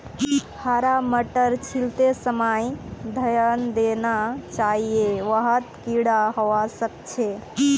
हरा मटरक छीलते समय ध्यान देना चाहिए वहात् कीडा हवा सक छे